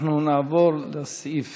אנחנו נעבור לסעיף